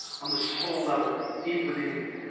on the soul level deep within you.